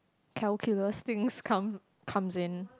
calculus things come comes in